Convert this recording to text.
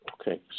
Okay